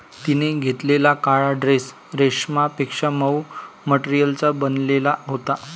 तिने घातलेला काळा ड्रेस रेशमापेक्षा मऊ मटेरियलचा बनलेला होता